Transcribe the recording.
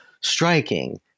striking